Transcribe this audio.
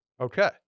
Okay